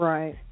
Right